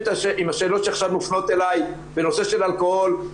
עם השאלות שעכשיו מופנות אלי בנושא של אלכוהול,